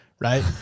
right